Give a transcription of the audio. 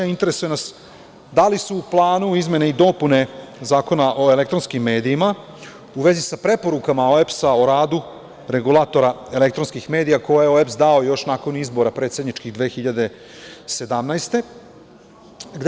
Interesuje nas da li su u planu izmene i dopune Zakona o elektronskim medijima u vezi sa preporukama OEBS o radu regulatora elektronskih medija koje je OEBS dao još nakon predsedničkih izbora 2017. godine?